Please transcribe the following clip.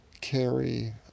carry